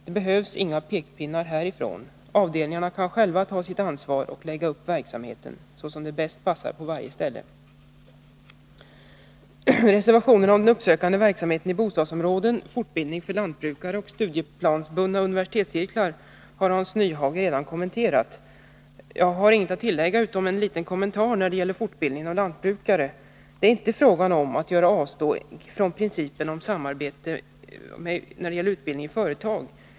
Det behövs inga pekpinnar härifrån. Avdelningarna kan själva ta sitt ansvar och lägga upp verksamheten som det bäst passar på varje ställe. Reservationerna om uppsökande verksamhet i bostadsområdena, fortbildning för lantbrukare och studieplansbundna universitetscirklar har Hans Nyhage redan kommenterat. Jag har inget att tillägga utom en liten anmärkning när det gäller fortbildning för lantbrukare. Det är inte fråga om att göra avsteg från principerna om utbildning i företag.